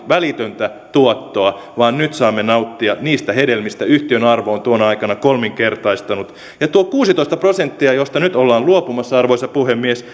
välitöntä tuottoa vaan nyt saamme nauttia niistä hedelmistä yhtiön arvo on tuona aikana kolminkertaistunut ja tuo kuusitoista prosenttia josta nyt ollaan luopumassa arvoisa puhemies